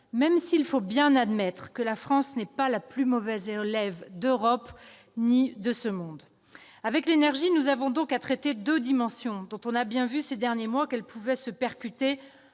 même s'il faut bien admettre que la France n'est pas le plus mauvais élève de l'Union européenne ni du monde. Dans le domaine de l'énergie, nous avons donc à traiter deux dimensions, dont on a bien vu, ces derniers mois, qu'elles pouvaient se percuter